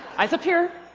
eyes up here.